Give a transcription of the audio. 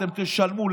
אתם תשלמו,